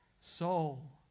soul